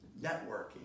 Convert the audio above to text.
networking